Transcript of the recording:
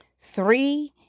Three